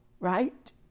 Right